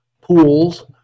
Pools